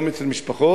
גם אצל משפחות,